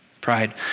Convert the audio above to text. Pride